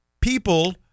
people